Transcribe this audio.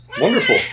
Wonderful